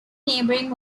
neighbouring